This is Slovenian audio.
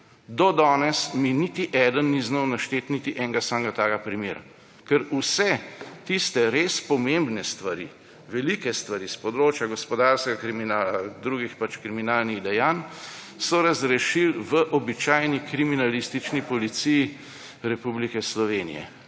Do danes mi niti eden ni znal našteti niti enega samega takega primera, ker vse tiste res pomembne stvari, velike stvari s področja gospodarskega kriminala, pač drugih kriminalnih dejanj, so razrešili v običajni kriminalistični policiji Republike Slovenije.